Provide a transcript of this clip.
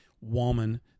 woman